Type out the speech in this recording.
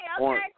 okay